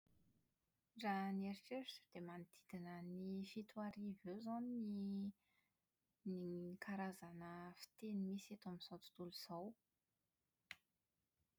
Raha ny eritreritro dia manodidina ny fito arivo eo izao ny karazana fiteny misy eto amin'izao tontolo izao.